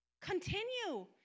Continue